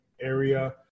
area